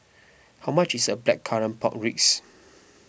how much is Blackcurrant Pork Ribs